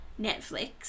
Netflix